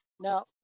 Now